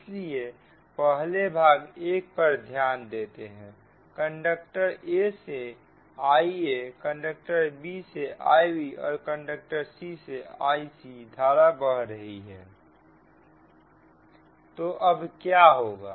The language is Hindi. इसलिए पहले भाग 1 पर ध्यान देते हैं कंडक्टर a से Iaकंडक्टर b से Ib और कंडक्टर c से Ic धारा बह रही है तो अब क्या होगा